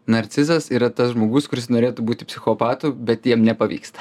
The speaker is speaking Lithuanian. narcizas yra tas žmogus kuris norėtų būti psichopatu bet jiem nepavyksta